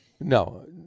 no